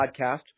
podcast